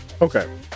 okay